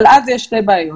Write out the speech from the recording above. אבל אז יש שתי בעיות.